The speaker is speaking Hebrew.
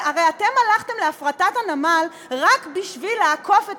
הרי אתם הלכתם להפרטת הנמל רק בשביל לעקוף את